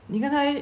你刚才